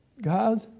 God